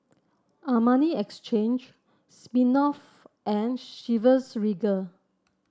Armani Exchange Smirnoff and Chivas Regal